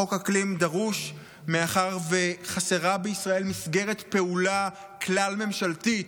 חוק אקלים דרוש מאחר שחסרה בישראל מסגרת פעולה כלל-ממשלתית,